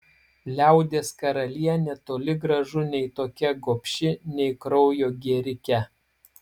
liaudies karalienė toli gražu nei tokia gobši nei kraujo gėrike